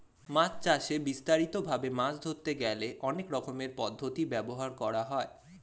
মাছ চাষে বিস্তারিত ভাবে মাছ ধরতে গেলে অনেক রকমের পদ্ধতি ব্যবহার করা হয়